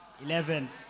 Eleven